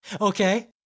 Okay